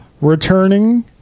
returning